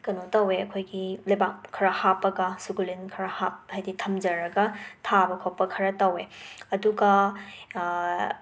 ꯀꯅꯣ ꯇꯧꯋꯦ ꯑꯩꯈꯣꯏꯒꯤ ꯂꯩꯄꯥꯛ ꯈꯔ ꯍꯥꯞꯄꯒ ꯁꯨꯒꯨꯂꯤꯟ ꯈꯔ ꯍꯞ ꯍꯥꯏꯗꯤ ꯊꯝꯖꯔꯒ ꯊꯥꯕ ꯈꯣꯠꯄ ꯈꯔ ꯇꯧꯋꯦ ꯑꯗꯨꯒ